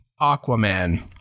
Aquaman